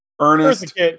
Ernest